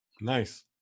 Nice